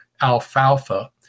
alfalfa